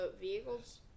Vehicles